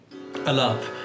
Alap